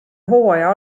hooaja